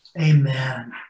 Amen